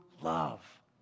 love